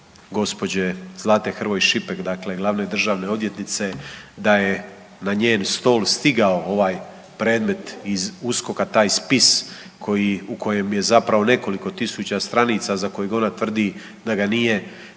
gospođe Zlate Hrvoj Šipek glavne državne odvjetnice da je na njen stol stigao ovaj predmet iz USKOK-a taj spis u kojem je zapravo nekoliko tisuća stranica za kojeg ona tvrdi da ga nije vidjela,